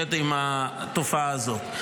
להתמודד התופעה הזאת.